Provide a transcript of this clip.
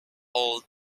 all